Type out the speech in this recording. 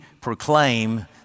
proclaim